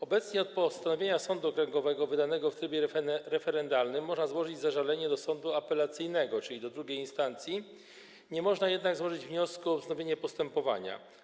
Obecnie na postanowienie sądu okręgowego wydane w trybie referendalnym można złożyć zażalenie do sądu apelacyjnego, czyli do II instancji, nie można jednak złożyć wniosku o wznowienie postępowania.